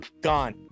Gone